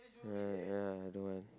ya ya I don't want